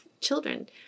children